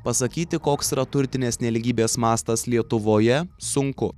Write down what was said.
pasakyti koks yra turtinės nelygybės mastas lietuvoje sunku